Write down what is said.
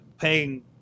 paying